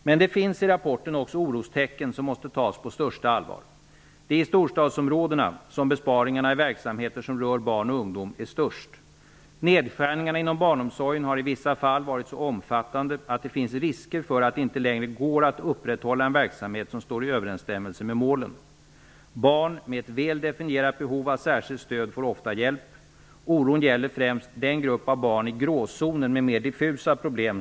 Men det finns i rapporten också orostecken som måste tas på största allvar. Det är i storstadsområdena som besparingarna i verksamheter som rör barn och ungdom är störst. Nedskärningarna inom barnomsorgen har i vissa fall varit så omfattande att det finns risker för att det inte längre går att upprätthålla en verksamhet som står i överensstämmelse med målen. Barn med ett väl definierat behov av särskilt stöd får ofta hjälp. Oron gäller främst den grupp av barn i gråzonen som har mer diffusa problem.